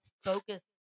focus